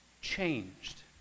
changed